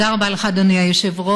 תודה רבה לך, אדוני היושב-ראש.